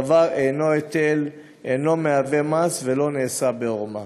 הדבר אינו היטל, אינו מהווה מס ולא נעשה בעורמה.